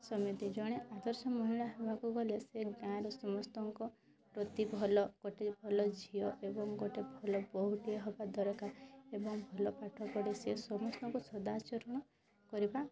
ସେମିତି ଜଣେ ଆଦର୍ଶ ମହିଳା ହେବାକୁ ଗଲେ ସେ ଗାଁର ସମସ୍ତଙ୍କ ପ୍ରତି ଭଲ ଗୋଟିଏ ଭଲ ଝିଅ ଏବଂ ଗୋଟିଏ ଭଲ ବୋହୂଟିଏ ହେବା ଦରକାର ଏବଂ ଭଲ ପାଠପଢ଼ି ସେ ସମସ୍ତଙ୍କୁ ସଦା ଆଚରଣ କରିବା